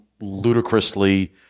ludicrously